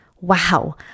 Wow